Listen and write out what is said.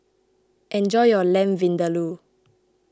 enjoy your Lamb Vindaloo